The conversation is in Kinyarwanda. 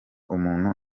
umuntu